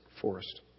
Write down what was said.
forest